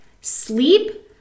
sleep